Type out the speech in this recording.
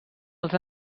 els